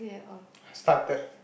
started